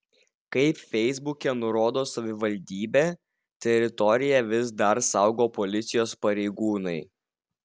kaip feisbuke nurodo savivaldybė teritoriją vis dar saugo policijos pareigūnai